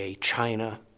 China